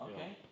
Okay